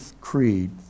creed